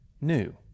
new